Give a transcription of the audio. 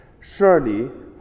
Surely